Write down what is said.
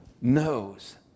knows